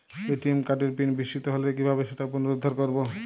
ATM কার্ডের pin বিস্মৃত হলে কীভাবে সেটা পুনরূদ্ধার করব?